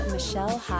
Michelle